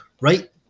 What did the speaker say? Right